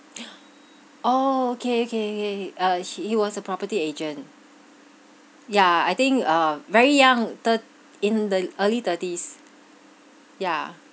oh okay okay ah he he was a property agent yeah I think uh very young thir~ in the early thirties yeah